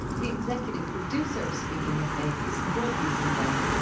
the executive producer of speaking of faith is bill buzenberg.